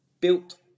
built